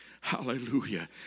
hallelujah